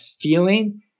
feeling